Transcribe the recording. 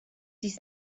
dies